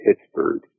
Pittsburgh